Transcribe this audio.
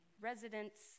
residents